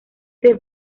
del